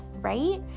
right